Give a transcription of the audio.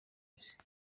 isi